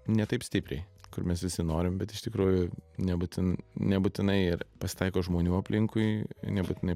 ne taip stipriai kur mes visi norim bet iš tikrųjų nebūtin nebūtinai ir pasitaiko žmonių aplinkui nebūtinai